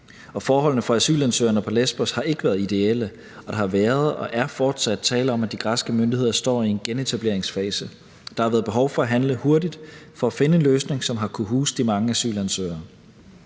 Og forholdene for asylansøgerne på Lesbos har ikke været ideelle, og der har været og er fortsat tale om, at de græske myndigheder står i en genetableringsfase. Der har været behov for at handle hurtigt for at finde en løsning, som har kunnet huse de mange asylansøgere.